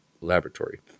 laboratory